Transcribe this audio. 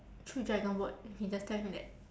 through dragon boat you can just tell him that